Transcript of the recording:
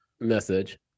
message